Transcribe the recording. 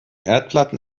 erdplatten